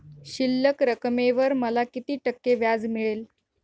शिल्लक रकमेवर मला किती टक्के व्याज मिळेल?